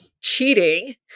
cheating